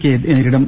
കെയെ നേരിടും